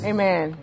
Amen